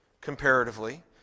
comparatively